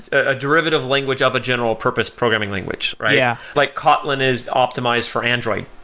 a derivative language of a general-purpose programming language, right? yeah like kotlin is optimized for android,